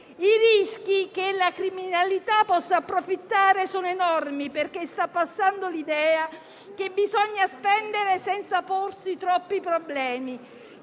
i rischi che la criminalità possa approfittare sono enormi, perché sta passando l'idea che bisogna spendere senza porsi troppi problemi,